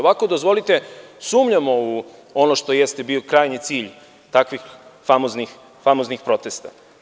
Ovako, dozvolite, sumnjamo u ono što jeste bio krajnji cilj takvih famoznih protesta.